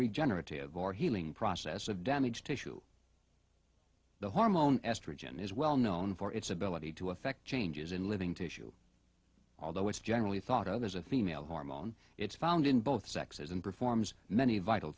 regenerative or healing process of damaged tissue the hormone estrogen is well known for its ability to affect changes in living tissue although it's generally thought of as a female hormone it's found in both sexes and performs many vital